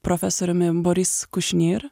profesoriumi boris kušnir